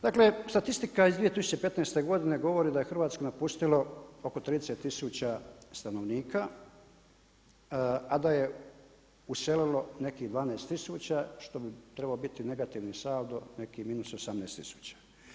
Dakle, statistika iz 2015. godine govori da je Hrvatsku napustilo oko 30 tisuća stanovnika a da je uselilo nekih 12 tisuća što bi trebao biti negativan saldo, nekih minus 18 tisuća.